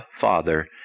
father